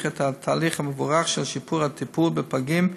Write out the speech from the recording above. את התהליך המבורך של שיפור הטיפול בפגים,